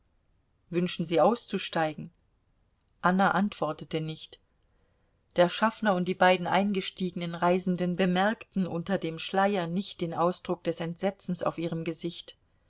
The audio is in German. wünschen sie auszusteigen anna antwortete nicht der schaffner und die beiden eingestiegenen reisenden bemerkten unter dem schleier nicht den ausdruck des entsetzens auf ihrem gesicht